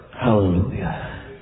Hallelujah